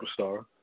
superstar